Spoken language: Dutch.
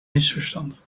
misverstand